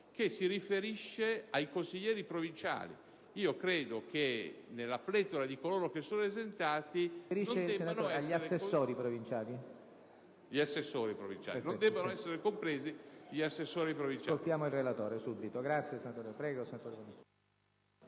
che si riferisce agli assessori provinciali. Credo che nella pletora di coloro che sono esentati non debbano essere compresi gli assessori provinciali.